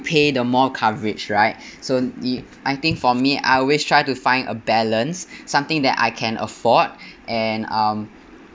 pay the more coverage right so you I think for me I always try to find a balance something that I can afford and um